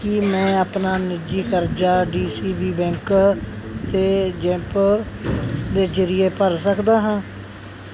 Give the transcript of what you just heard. ਕੀ ਮੈਂ ਆਪਣਾ ਨਿੱਜੀ ਕਰਜ਼ਾ D C B bank PayZapp ਦੇ ਜ਼ਰੀਏ ਭਰ ਸਕਦਾ ਹਾਂ